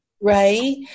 right